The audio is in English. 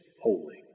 holy